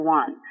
one